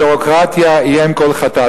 והביורוקרטיה היא אם כל חטאת.